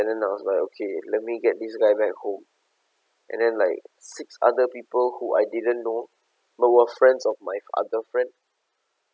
and then I was like okay let me get this guy back home and then like six other people who I didn't know but was friends of my other friend